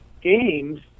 games